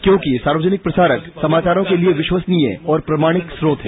क्योंकि सार्वजनिक प्रसारक समाचारों के लिए विश्वसनीय और प्रमाणिक स्रोत है